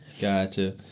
Gotcha